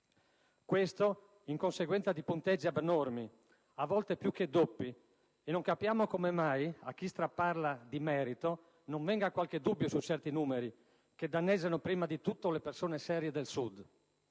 Questo in conseguenza di punteggi abnormi (a volte più che doppi, e non capiamo come mai a chi straparla di merito non venga qualche dubbio su certi numeri, che danneggiano prima di tutto le persone serie del Sud)